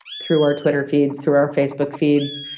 through our twitter feeds, through our facebook feeds,